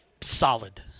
Solid